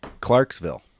Clarksville